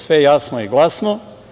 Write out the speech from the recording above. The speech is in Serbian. Sve je jasno i glasno.